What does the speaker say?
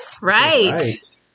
Right